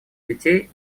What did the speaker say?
детей